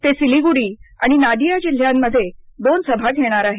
ते सिलीगुडी आणि नाडीया जिल्ह्यांमध्ये दोन सभा घेणार आहेत